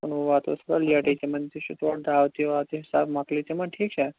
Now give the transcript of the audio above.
کُنوُہ واتوو أسۍ تھوڑا لیٚٹٕے تِمَن تہِ چھُ تورٕ دعوتٕے وعوتٕے حِساب مۄکلے تِمَن ٹھیٖک چھا